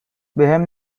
بهم